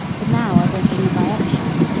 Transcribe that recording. but now i don't believe i ever shall.